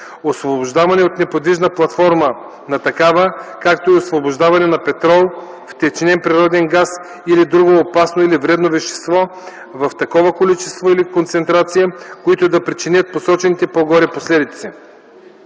освобождаване от неподвижна платформа на такива, както и освобождаване на петрол, втечнен природен газ или друго опасно или вредно вещество в такова количество или концентрация, които да причинят посочените по-горе последици.